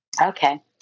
Okay